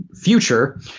future